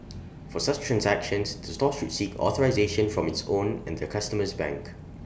for such transactions the store should seek authorisation from its own and the customer's bank